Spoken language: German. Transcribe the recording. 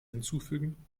hinzufügen